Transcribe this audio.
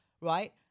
right